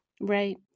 Right